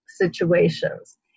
situations